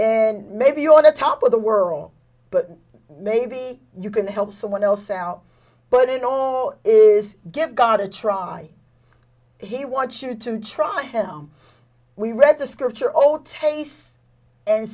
and maybe you are the top of the world but maybe you can help someone else out but it all is get gotta try he wants you to try him we read the scripture all tastes and